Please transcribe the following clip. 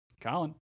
Colin